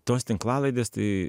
tos tinklalaidės tai